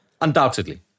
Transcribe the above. Undoubtedly